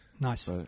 Nice